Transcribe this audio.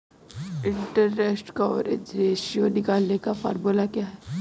Interest coverage ratio निकालने का formula क्या है?